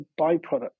byproduct